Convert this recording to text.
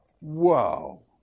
whoa